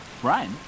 Brian